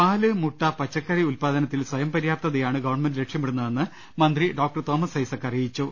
പാല് മുട്ട പച്ചക്കറി ഉല്പ്പാദനത്തിൽ സ്വയം പര്യാപ്തതയാണ് ഗവൺമെന്റ് ലക്ഷ്യമിടുന്നതെന്ന് മന്ത്രി ഡോക്ടർ തോമസ് ഐസക്ക് പറഞ്ഞു